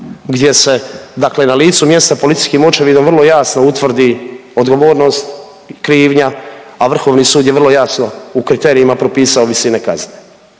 gdje se dakle na licu mjesta policijskim očevidom vrlo jasno utvrdi odgovornost i krivnja, a Vrhovni sud je vrlo jasno u kriterijima propisao visine kazne.